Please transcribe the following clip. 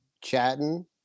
chatting